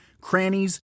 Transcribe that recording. crannies